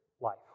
life